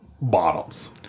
bottoms